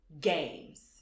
games